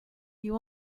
you